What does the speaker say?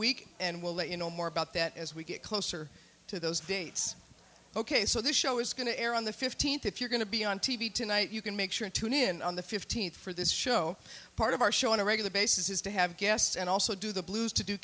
week and we'll let you know more about that as we get closer to those dates ok so this show is going to air on the fifteenth if you're going to be on t v tonight you can make sure to tune in on the fifteenth for this show part of our show on a regular basis is to have guests and also do the blues to do